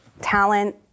talent